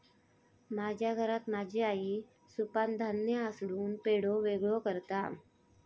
माझ्या घरात माझी आई सुपानं धान्य हासडून पेंढो वेगळो करता